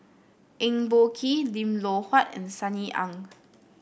Eng Boh Kee Lim Loh Huat and Sunny Ang